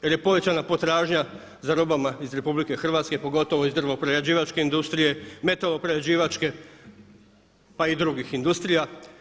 Kad je povećana potražnja za robama iz RH, pogotovo iz drvo-prerađivačke industrije, metalo-prerađivačke pa i drugih industrija.